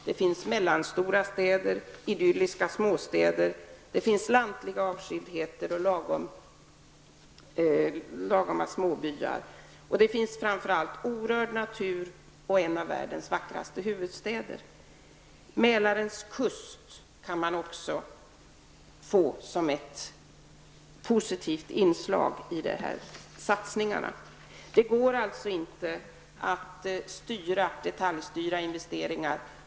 Där finns mellanstora städer, idylliska småstäder, lantlig avskildhet och lagom med småbyar. Det finns framför allt orörd natur och en av världens vackraste huvudstäder. Mälarens kust kunde bli ett av de positiva inslagen i en sådan satsning. Det går alltså inte i detalj styra investeringar.